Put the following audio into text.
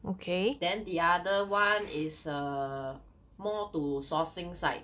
then the other one is err more to sourcing side